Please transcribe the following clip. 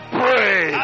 pray